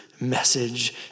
message